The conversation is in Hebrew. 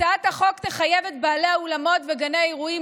הצעת החוק תחייב את בעלי האולמות וגני האירועים